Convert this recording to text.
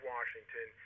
Washington